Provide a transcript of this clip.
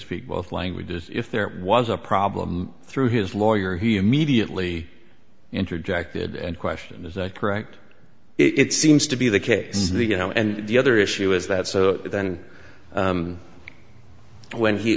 speak both languages if there was a problem through his lawyer he immediately interjected and question is that correct it seems to be the case the you know and the other issue is that so then when he